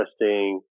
interesting